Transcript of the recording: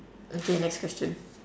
okay next question